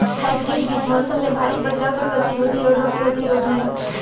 hybrid बीज मौसम में भारी बदलाव के प्रतिरोधी और रोग प्रतिरोधी ह